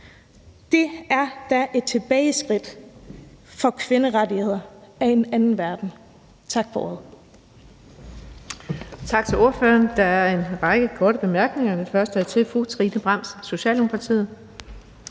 det er da et tilbageskridt for kvinderettigheder af den anden verden. Tak for ordet.